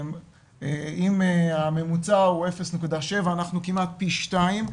אם הממוצע הוא 0.7 אנחנו כמעט פי 2,